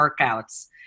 workouts